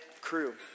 crew